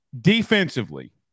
Defensively